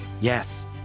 Yes